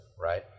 right